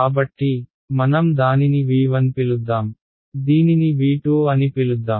కాబట్టి మనం దానిని V1 పిలుద్దాం దీనిని V2 అని పిలుద్దాం